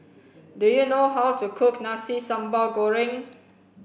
do you know how to cook nasi sambal goreng